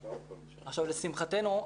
לשמחתנו,